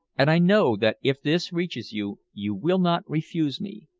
and i know that if this reaches you, you will not refuse me.